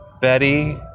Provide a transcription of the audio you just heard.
Betty